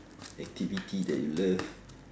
activity that you love